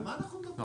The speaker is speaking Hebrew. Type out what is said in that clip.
מה מדברים?